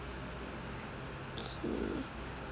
okay